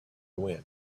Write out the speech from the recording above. win